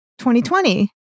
2020